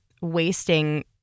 wasting